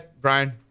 Brian